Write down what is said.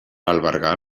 albergar